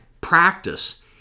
practice